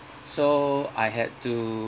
so I had to